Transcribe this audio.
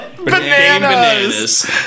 Bananas